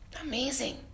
Amazing